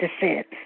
defense